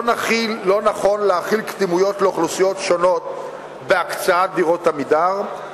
לא נכון להחיל קדימויות לאוכלוסיות שונות בהקצאת דירות "עמידר",